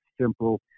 simple